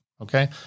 okay